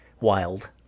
Wild